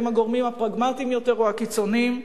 האם הגורמים הפרגמטיים יותר או הקיצונים?